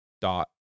dot